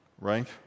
right